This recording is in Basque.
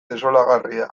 desolagarria